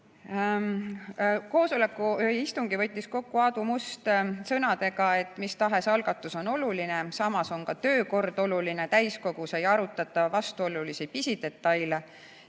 lahendus. Istungi võttis Aadu Must kokku sõnadega, et mis tahes algatus on oluline, samas on ka töökord oluline, täiskogus ei arutata vastuolulisi pisidetaile,